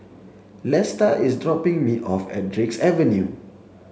Lesta is dropping me off at Drake Avenue